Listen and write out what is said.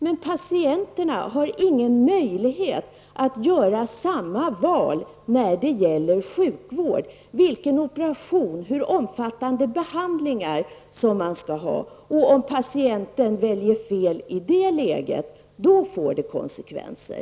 Men patienterna har ingen möjlighet att göra samma val när det gäller sjukvård -- vilken operation man skall genomgå, hur omfattande behandlingar man skall ha. Om patienten väljer fel i det läget, då får det konsekvenser.